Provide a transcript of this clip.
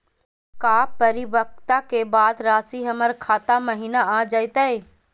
का परिपक्वता के बाद रासी हमर खाता महिना आ जइतई?